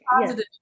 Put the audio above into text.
Positive